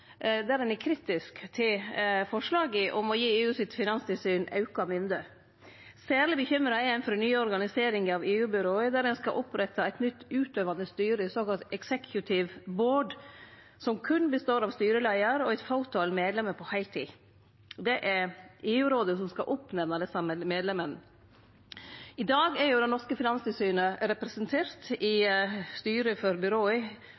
der ein er kritisk til forslaga om å gi EU sitt finanstilsyn auka mynde. Særleg bekymra er ein for den nye organiseringa av EU-byråa, der ein skal opprette eit nytt utøvande styre, såkalla executive board, som berre består av styreleiaren og eit fåtal medlemer på heiltid. Det er EU-rådet som skal nemne opp desse medlemene. I dag er det norske Finanstilsynet representert i styret for byråa,